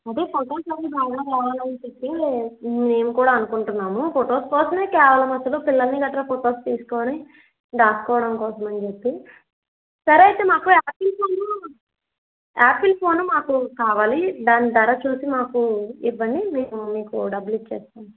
అదే ఫొటోస్ అవి బాగా రావాలని చెప్పీ మేము కూడా అనుకుంటున్నాము ఫొటోస్ కోసమే కేవలం అసలు పిల్లల్నిగట్రా ఫొటోస్ తీసుకొని దాచుకోవడం కోసామ్స అని చెప్పి సరే అయితే మాకు యాపిల్ ఫోను యాపిల్ ఫోను మాకు కావాలి దాని ధర చూసి మాకు ఇవ్వండి నేను మీకు డబ్బులు ఇచ్చేస్తాను